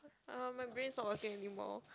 uh my brains not working anymore